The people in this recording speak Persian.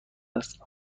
است